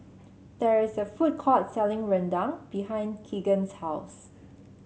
there is a food court selling Rendang behind Keegan's house